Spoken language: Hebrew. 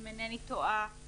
אם אינני טועה,